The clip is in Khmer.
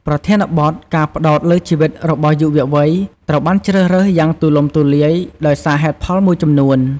ប្រធានបទ ការផ្តោតលើជីវិតរបស់យុវវ័យ ត្រូវបានជ្រើសរើសយ៉ាងទូលំទូលាយ ដោយសារហេតុផលមួយចំនួន។